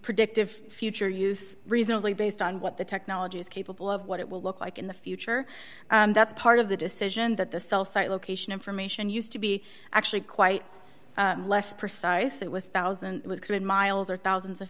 predictive future use reasonably based on what the technology is capable of what it will look like in the future that's part of the decision that the cell site location information used to be actually quite less precise it was one thousand miles or thousands of